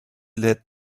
let